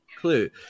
clue